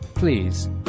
please